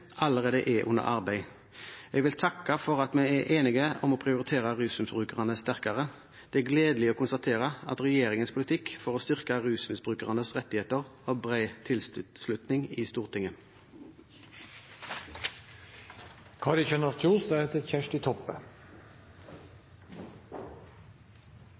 allerede er under arbeid. Jeg vil takke for at vi er enige om å prioritere rusmisbrukerne sterkere. Det er gledelig å konstatere at regjeringens politikk for å styrke rusmisbrukernes rettigheter har bred tilslutning i Stortinget.